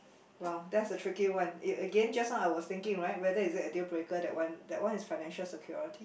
well that's a tricky one again just now I was thinking right whether is it a deal breaker that one that one is financial security